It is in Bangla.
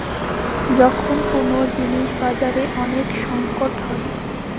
যখল কল জিলিস বাজারে ওলেক সংকট হ্যয়